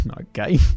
okay